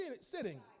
sitting